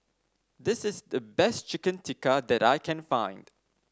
this is the best Chicken Tikka that I can find